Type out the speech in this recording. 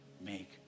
Make